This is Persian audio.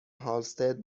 هالستد